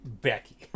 Becky